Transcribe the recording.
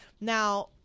Now